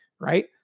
right